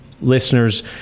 listeners